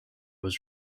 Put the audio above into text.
was